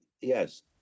yes